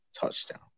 Touchdown